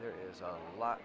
there is a lot